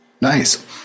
Nice